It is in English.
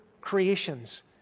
creations